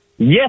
Yes